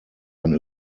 ein